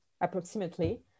approximately